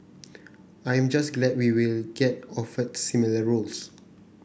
I am just glad we will get offered similar roles